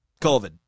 COVID